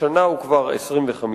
השנה הוא כבר 25%,